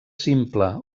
simple